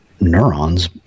neurons